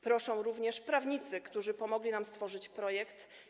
Proszą o to również prawnicy, którzy pomogli nam stworzyć projekt.